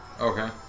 Okay